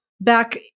back